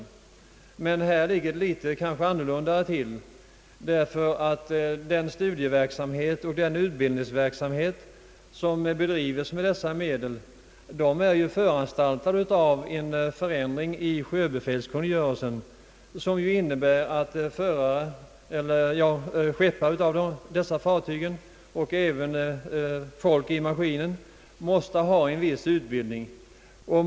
I detta fall ligger det dock något annorlunda till, ty den studieoch den utbildningsverksamhet som =: bedrivs med hjälp av dessa medel har ju föranletts av en ändring i sjöbefälskungörelsen som innebär att skeppare på dessa fartyg och även folk i maskinrummen måste ha en viss utbildning.